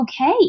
okay